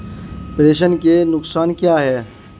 प्रेषण के नुकसान क्या हैं?